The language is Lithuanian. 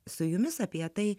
su jumis apie tai